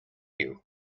you